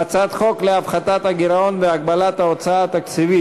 והצעת חוק להפחתת הגירעון והגבלת ההוצאה התקציבית